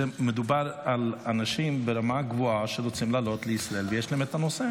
מדובר על אנשים ברמה גבוהה שרוצים לעלות לישראל ויש להם את הנושא.